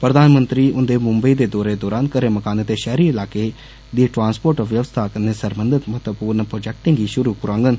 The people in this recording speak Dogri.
प्रधानमंत्री हुंदे मुंबई दे दौरे दौरान घरें मकानें ते षैहरी इलाकें दी ट्रांसपोर्ट बवस्था कन्नै सरबंधत महत्वपूर्ण प्रोजेक्टे गी षुरु करोआडन